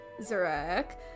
Zarek